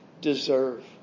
deserve